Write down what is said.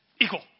equal